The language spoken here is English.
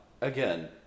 Again